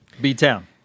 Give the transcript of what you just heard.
b-town